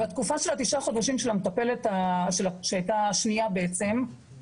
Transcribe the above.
בתקופה של התשעה חודשים של המטפלת שהייתה השנייה בעצם,